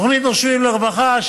תוכנית נושמים לרווחה,